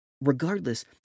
Regardless